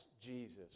Jesus